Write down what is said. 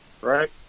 Right